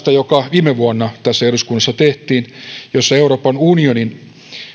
joka viime vuonna tässä eduskunnassa tehtiin ja jossa euroopan unionin